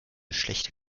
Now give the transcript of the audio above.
schlechte